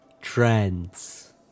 trends